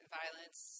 violence